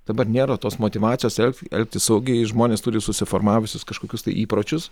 dabar nėra tos motyvacijos elgtis saugiai žmonės turi susiformavusius kažkokius tai įpročius